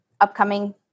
upcoming